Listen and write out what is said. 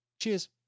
Cheers